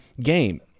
game